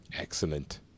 Excellent